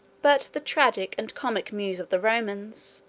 but the tragic and comic muse of the romans,